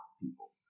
people